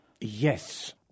Yes